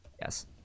yes